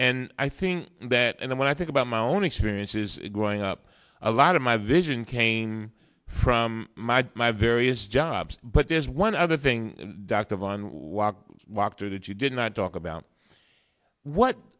and i think that and then i think about my own experiences growing up a lot of my vision cain from my my various jobs but there's one other thing dr von walk walk through that you did not talk about what